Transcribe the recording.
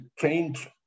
change